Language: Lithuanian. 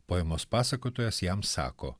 poemos pasakotojas jam sako